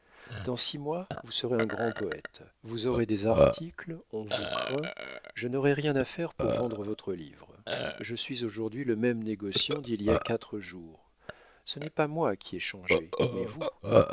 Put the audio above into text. dans six mois vous serez un grand poète vous aurez des articles on vous craint je n'aurai rien à faire pour vendre votre livre je suis aujourd'hui le même négociant d'il y a quatre jours ce n'est pas moi qui ai changé mais vous